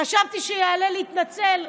חשבתי שיעלה להתנצל.